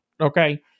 Okay